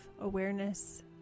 awareness